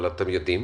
אבל אתם יודעים.